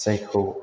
जायखौ